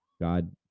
God